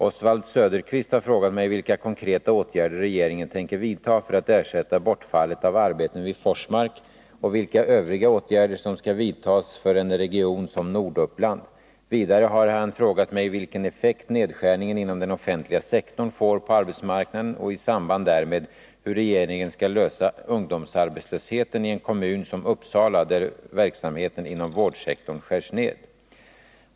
Oswald Söderqvist har frågat mig vilka konkreta åtgärder regeringen tänker vidta för att ersätta bortfallet av arbeten vid Forsmark och vilka övriga åtgärder som skall vidtas för en region som Norduppland. Vidare har han frågat mig vilken effekt nedskärningen inom den offentliga sektorn får på arbetsmarknaden och i samband därmed hur regeringen skall lösa ungdomsarbetslösheten i en kommun som Uppsala, när verksamheten inom vårdsektorn skärs ned.